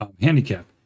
handicap